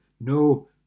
no